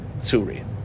Suri